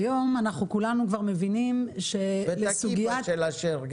גם את הכיפה של אשר,